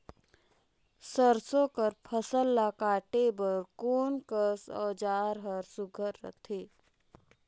सरसो कर फसल ला काटे बर कोन कस औजार हर सुघ्घर रथे?